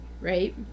right